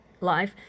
life